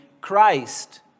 Christ